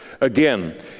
Again